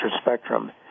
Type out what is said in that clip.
spectrum